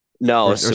no